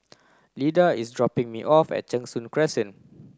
Lida is dropping me off at Cheng Soon Crescent